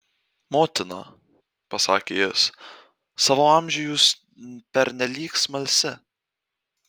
motina pasakė jis savo amžiui jūs pernelyg smalsi